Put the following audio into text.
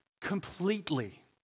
completely